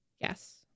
Yes